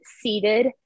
seated